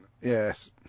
Yes